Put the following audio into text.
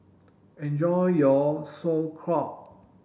enjoy your Sauerkraut